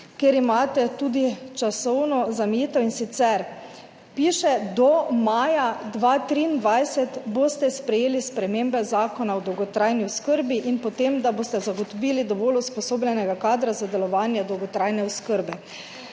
kjer imate tudi časovno zamejitev, in sicer piše, do maja 2023 boste sprejeli spremembe Zakona o dolgotrajni oskrbi in potem boste zagotovili dovolj usposobljenega kadra za delovanje dolgotrajne oskrbe.